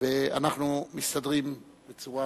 ואנחנו מסתדרים בצורה